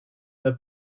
her